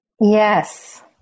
Yes